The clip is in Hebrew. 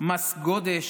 מס גודש,